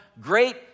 great